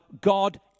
God